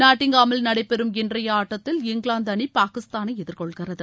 நாட்டிங்காமில் நடைபெறும் இன்றைய ஆட்டத்தில் இங்கிலாந்து அணி பாகிஸ்தானை எதிர்கொள்கிறது